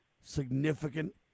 significant